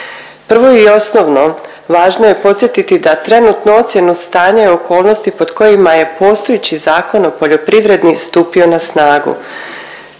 Prvo i osnovno važno je podsjetiti da trenutnu ocjenu stanja i okolnosti pod kojima je postojeći Zakon o poljoprivredi stupio na snagu.